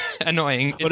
annoying